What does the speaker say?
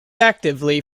actively